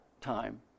time